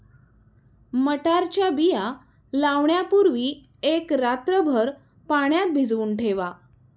मटारच्या बिया लावण्यापूर्वी एक रात्रभर पाण्यात भिजवून ठेवा